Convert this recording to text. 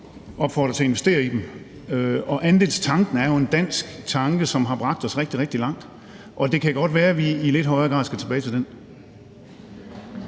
opfordre til at investere i dem. Andelstanken er jo en dansk tanke, som har bragt os rigtig, rigtig langt, og det kan godt være, at vi i lidt højere grad skal tilbage til den.